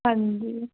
ਹਾਂਜੀ